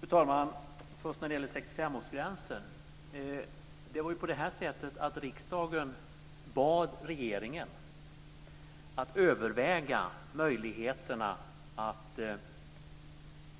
Fru talman! När det gäller 65-årsgränsen var det ju så att riksdagen bad regeringen att överväga möjligheterna att